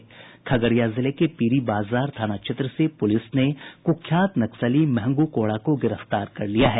लखीसराय जिले के पीरी बाजार थाना क्षेत्र से पूलिस ने कुख्यात नक्सली महंगू कोड़ा को गिरफ्तार कर लिया है